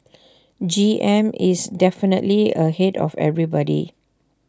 G M is definitely ahead of everybody